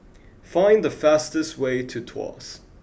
find the fastest way to Tuas